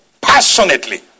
passionately